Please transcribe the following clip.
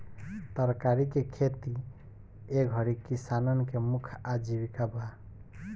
तरकारी के खेती ए घरी किसानन के मुख्य आजीविका बा